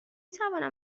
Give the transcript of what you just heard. توانم